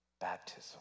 Baptism